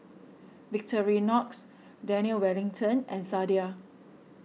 Victorinox Daniel Wellington and Sadia